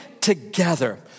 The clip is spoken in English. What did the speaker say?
together